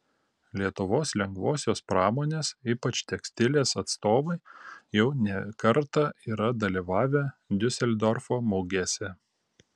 lietuvos lengvosios pramonės ypač tekstilės atstovai jau ne kartą yra dalyvavę diuseldorfo mugėse